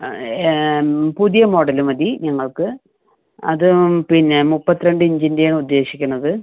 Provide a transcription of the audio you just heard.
ആ പുതിയ മോഡൽ മതി ഞങ്ങൾക്ക് അത് പിന്നെ മുപ്പത്തി രണ്ട് ഇഞ്ചിൻ്റെയാണ് ഉദ്ദേശിക്കണത്